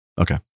okay